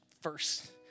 first